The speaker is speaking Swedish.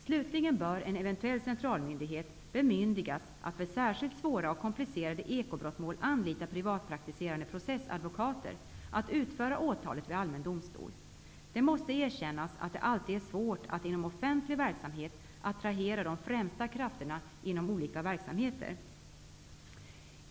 Slutligen bör en eventuell central myndighet bemyndigas att vid särskilt svåra och komplicerade ekobrottmål anlita privatpraktiserande processadvokater att utföra åtalet vid allmän domstol. Det måste erkännas att det alltid är svårt att inom offentlig verksamhet attrahera de främsta krafterna inom olika verksamheter.